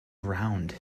round